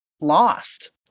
lost